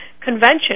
Convention